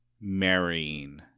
marrying